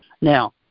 Now